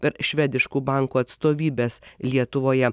per švediškų bankų atstovybes lietuvoje